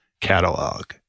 catalog